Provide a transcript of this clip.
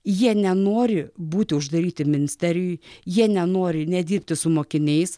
jie nenori būti uždaryti ministerijoj jie nenori nedirbti su mokiniais